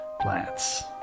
Plants